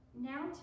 Now